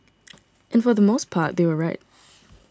and for the most part they were right